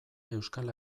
euskal